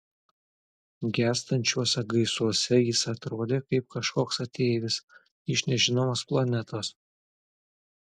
gęstančiuose gaisuose jis atrodė kaip kažkoks ateivis iš nežinomos planetos